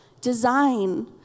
design